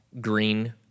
green